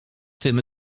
tym